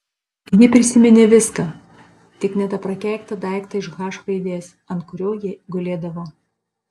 ji prisiminė viską tik ne tą prakeiktą daiktą iš h raidės ant kurio jie gulėdavo